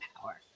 power